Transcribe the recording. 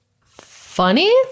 funny